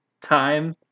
Time